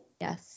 Yes